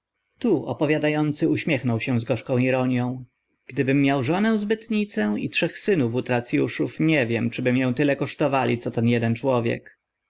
tu opowiada ący uśmiechnął się z gorzką ironią gdybym miał żonę zbytnicę i trzech synów utrac uszów nie wiem czy by mię tyle kosztowali co ten eden człowiek